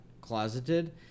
closeted